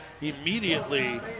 immediately